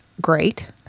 great